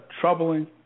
troubling